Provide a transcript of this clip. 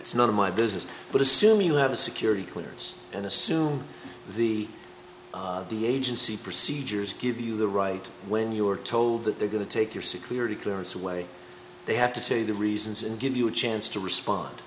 it's none of my business but assuming you have a security clearance and assume the the agency procedures give you the right when you are told that they're going to take your security clearance away they have to tell you the reasons and give you a chance to respond